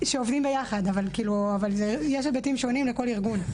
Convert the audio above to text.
שעובדים ביחד, אבל יש היבטים שונים לכל ארגון.